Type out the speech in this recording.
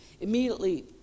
Immediately